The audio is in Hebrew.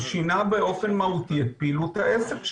הוא שינה באופן מהותי את פעילותך העסק שלו.